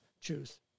choose